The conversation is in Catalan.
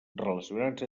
relacionats